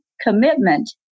commitment